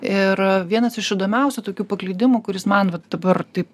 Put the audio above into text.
ir vienas iš įdomiausių tokių paklydimų kuris man vat dabar taip